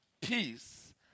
peace